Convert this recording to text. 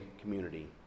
community